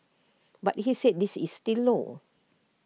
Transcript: but he said this is still low